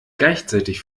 gleichzeitig